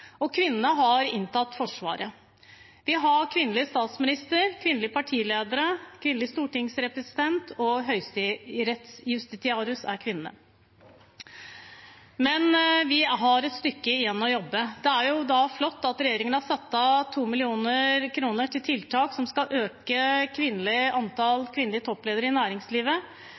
Kvinnene har inntatt Forsvaret. Vi har kvinnelig statsminister, kvinnelige partiledere, kvinnelig stortingspresident, og høyesterettsjustitiarius er kvinne. Men vi har et stykke igjen. Det er flott at regjeringen har satt av 2 mill. kr til tiltak som skal øke antallet kvinnelige toppledere i næringslivet.